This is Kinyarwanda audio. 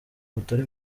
butari